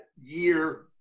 year